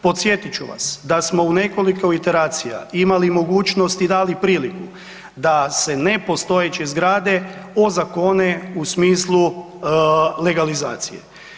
Podsjetit ću vas da samo u nekoliko iteracija imali mogućnosti i dali priliku da se nepostojeće zgrade ozakone u smislu legalizacije.